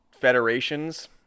Federations